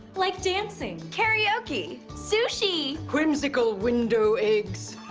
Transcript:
like dancing. karaoke. sushi. whimsical window eggs,